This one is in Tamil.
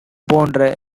போன்ற